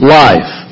life